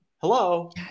Hello